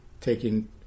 taking